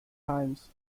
hines